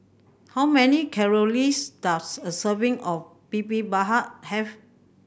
how many calories does a serving of Bibimbap have